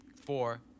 Four